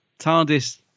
TARDIS